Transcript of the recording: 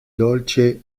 dolĉe